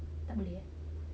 tak boleh eh